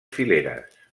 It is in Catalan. fileres